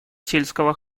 сельского